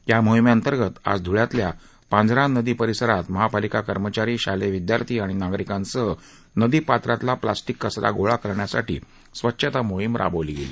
या मोहीमेअंतर्गत आज ध्वळ्यातल्या पांझरा नदी परिसरात महापालिका कर्मचारी शालेयविद्यार्थी आणि नागरिकांसह नदी पात्रातला प्लास्टिक कचरा गोळा करण्यासाठी स्वच्छता मोहीम राबवली गेली